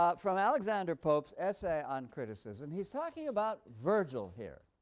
ah from alexander's pope's essay on criticism. he's talking about virgil here.